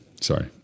sorry